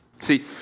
See